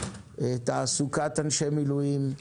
תעסוקת אנשי מילואים,